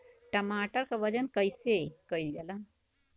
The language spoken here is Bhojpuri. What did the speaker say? टमाटर क वजन कईसे कईल जाला?